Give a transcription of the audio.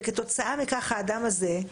כתוצאה מכך האדם הזה,